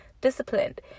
disciplined